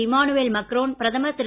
Emmanuel Macron பிரதமர் திரு